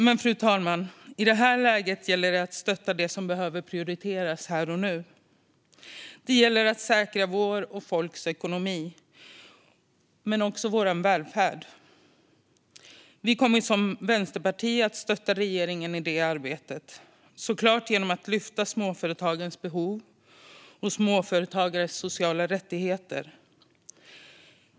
Men, fru talman, i det här läget gäller det att stötta det som behöver prioriteras här och nu. Det gäller att säkra vår och folks ekonomi men också vår välfärd. Vänsterpartiet kommer att stötta regeringen i det arbetet, såklart genom att lyfta fram småföretagarnas behov och sociala rättigheter.